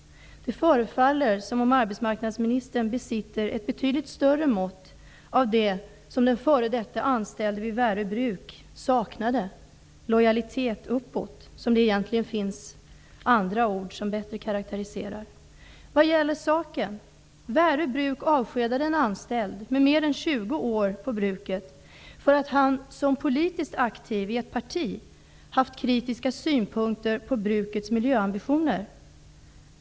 Det förefaller som om arbetsmarknadsministern besitter ett betydligt större mått av det som en f.d. anställd vid Värö bruk saknade, lojalitet uppåt -- det finns egentligen andra ord för att bättre karakterisera det. Värö bruk avskedade en anställd efter mer än 20 år på bruket därför att han som politiskt aktiv i ett parti haft kritiska synpunkter på brukets miljöambitioner.